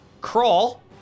Crawl